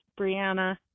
brianna